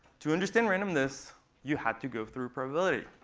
to understand randomness you have to go through probability.